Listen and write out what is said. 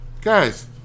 guys